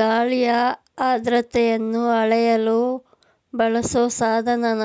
ಗಾಳಿಯ ಆರ್ದ್ರತೆನ ಅಳೆಯಲು ಬಳಸೊ ಸಾಧನನ